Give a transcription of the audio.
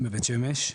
מבית שמש.